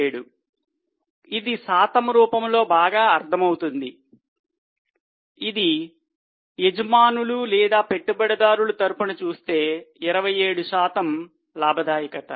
27 ఇది శాతము రూపములో బాగా అర్థమవుతుంది ఇది యజమానులు లేదా పెట్టుబడిదారులు తరపున చూస్తే 27 శాతం లాభదాయకత